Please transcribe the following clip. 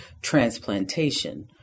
transplantation